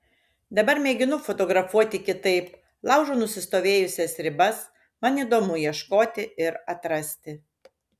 dabar mėginu fotografuoti kitaip laužau nusistovėjusias ribas man įdomu ieškoti ir atrasti